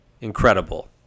incredible